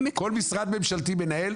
כל משרד ממשלתי מנהל,